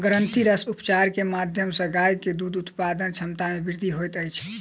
ग्रंथिरस उपचार के माध्यम सॅ गाय के दूध उत्पादनक क्षमता में वृद्धि होइत अछि